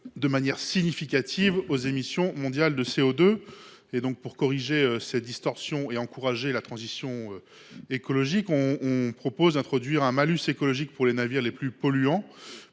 de manière significative aux émissions mondiales de CO2. Pour corriger cette distorsion et encourager la transition écologique, nous proposons d’introduire un malus écologique pour les navires les plus polluants,